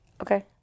Okay